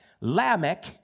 Lamech